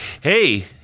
Hey